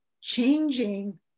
changing